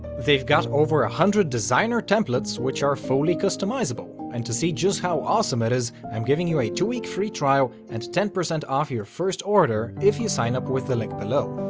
they've got over a hundred designer templates which are fully customizable, and to see just how awesome it is i'm giving you a two week free trial and ten percent off your first order if sign up with the link below.